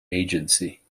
agency